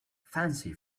fancy